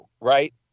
right